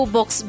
Box